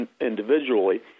individually